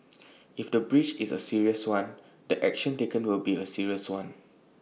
if the breach is A serious one the action taken will be A serious one